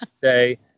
say